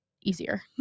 easier